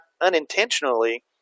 unintentionally